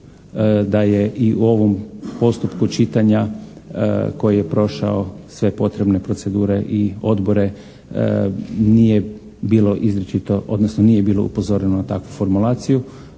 da je u ovom postupku čitanja koji je prošao sve potrebne procedure i odbore nije bilo izričito odnosno nije